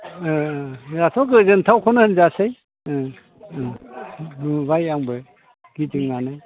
ओ दाथ' गोजोनथावखौनो होनजासै ओ उम नुबाय आंबो गिदिंनानै